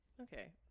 Okay